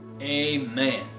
Amen